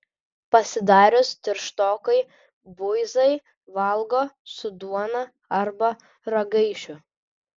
pasidarius tirštokai buizai valgo su duona arba ragaišiu